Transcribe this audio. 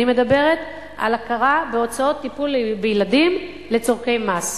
אני מדברת על הכרה בהוצאות טיפול בילדים לצורכי מס.